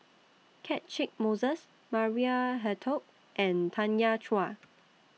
Catchick Moses Maria Hertogh and Tanya Chua